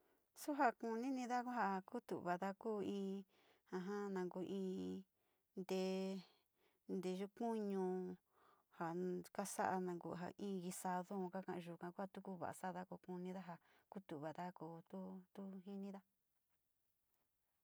Su jakuninida ku jaa kutu´uvada kuu in ja, jaa nanku in tee, teyu kuñu ja kasaa nanku in guisadoun nkaka´a yuka tu kuu vasada ko kunida ja kutu’uvada ko tu, tu jinida.